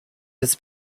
his